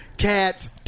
Cats